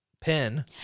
pen